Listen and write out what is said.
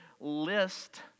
list